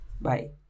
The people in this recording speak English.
bye